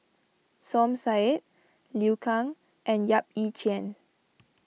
Som Said Liu Kang and Yap Ee Chian